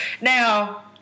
Now